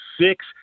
six